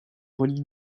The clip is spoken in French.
relie